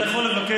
אתה יכול לבקש.